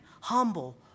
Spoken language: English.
humble